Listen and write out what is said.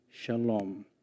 shalom